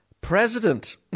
President